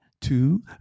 two